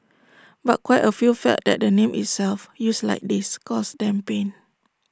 but quite A few felt that the name itself used like this caused them pain